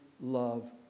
love